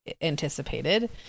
anticipated